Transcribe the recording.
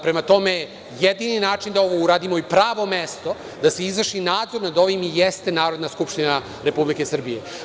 Prema tome, jedini način da ovo uradimo i pravo mesto da se izvrši nadzor nad ovim i jeste Narodna skupština Republike Srbije.